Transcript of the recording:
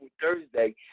Thursday